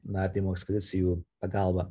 nardymo ekspedicijų pagalba